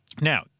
Now